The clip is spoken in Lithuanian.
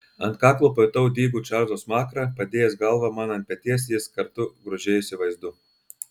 ant kaklo pajutau dygų čarlzo smakrą padėjęs galvą man ant peties jis kartu grožėjosi vaizdu